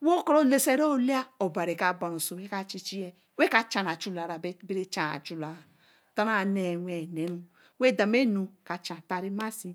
wo koo ra lase olia obari ka bara oso wey kaa chi chiee wey ka cha ra chulara abe bara chan chula nton ra ne wen neru wey damonu kaa chan tari masi